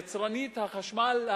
יצרנית החשמל,